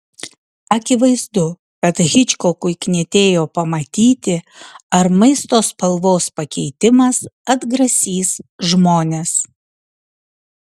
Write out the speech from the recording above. akivaizdu kad hičkokui knietėjo pamatyti ar maisto spalvos pakeitimas atgrasys žmones